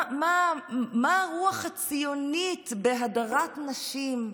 מה הרוח הציונית בהדרת נשים?